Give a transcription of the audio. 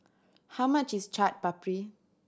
how much is Chaat Papri